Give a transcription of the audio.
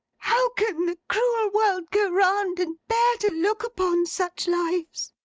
how can the cruel world go round, and bear to look upon such lives